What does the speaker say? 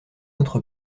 autre